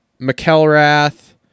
McElrath